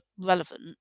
relevant